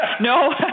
No